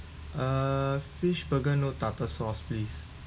uh fish burger no tartar sauce place